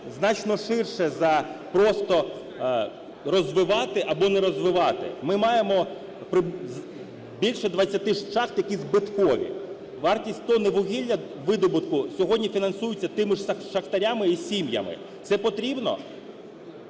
значно ширше за просто розвивати або не розвивати. Ми маємо більше 20 шахт, які збиткові. Вартість тонни вугілля видобутку сьогодні фінансується тими ж шахтарями і сім'ями. Це потрібно?